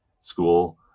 school